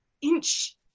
inch